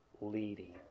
leading